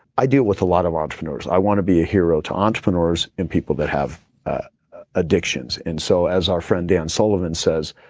i deal with a lot of entrepreneurs. i want to be a hero to entrepreneurs and people that have addictions. and so, as our friend dan sullivan says,